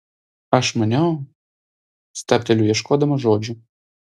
aš maniau stabteliu ieškodama žodžių